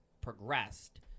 progressed